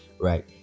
right